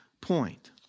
point